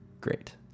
great